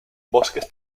bosques